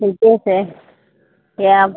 ठीके छै आयब